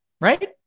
right